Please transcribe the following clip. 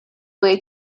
way